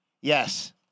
Yes